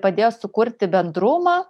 padėjo sukurti bendrumą